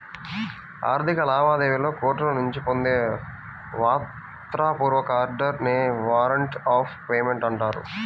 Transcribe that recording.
ఆర్థిక లావాదేవీలలో కోర్టుల నుంచి పొందే వ్రాత పూర్వక ఆర్డర్ నే వారెంట్ ఆఫ్ పేమెంట్ అంటారు